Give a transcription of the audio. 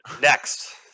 next